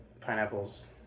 pineapples